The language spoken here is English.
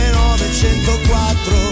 1904